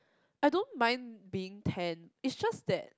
I don't mind being tan is just that